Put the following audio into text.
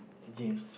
jeans